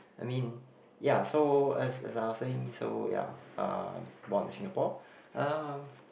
I mean ya so as as I was saying so ya uh born in Singapore uh